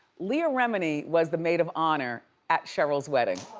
leah remini was the maid of honor at cheryl's wedding.